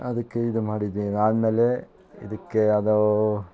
ಅದಕ್ಕೆ ಇದು ಮಾಡಿದೆ ಆಮೇಲೆ ಇದಕ್ಕೆ ಅದು